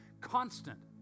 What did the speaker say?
constant